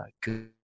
good